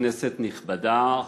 כנסת נכבדה,